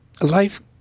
life